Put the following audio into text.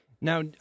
Now